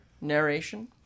narration